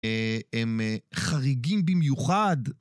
הם חריגים במיוחד.